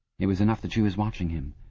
it was enough that she was watching him.